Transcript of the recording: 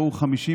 למחר.